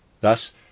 Thus